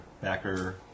backer